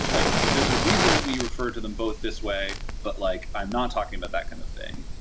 like there's a reason that we refer to them both this way, but like i'm not talking about that kind of thing.